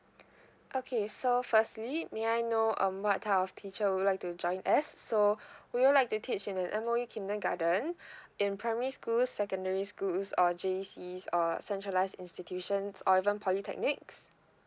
okay so firstly may I know um what type of teacher would you like to join as so would you like to teach in a M_O_E kindergarten in primary school secondary schools or J_C or a centralize institutions or even polytechnics